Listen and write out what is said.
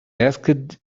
asked